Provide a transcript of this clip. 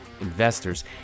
investors